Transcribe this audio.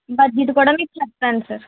budget కూడా మీకు చెప్తాను సార్